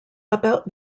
about